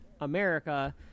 America